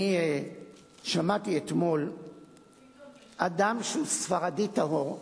אני שמעתי אתמול אדם שהוא ספרדי טהור,